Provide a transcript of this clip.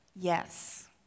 Yes